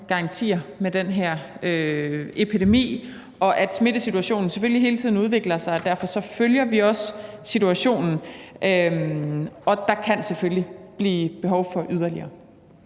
garantier med den her epidemi, og at smittesituationen selvfølgelig hele tiden udvikler sig. Derfor følger vi også situationen, og der kan selvfølgelig blive behov for yderligere.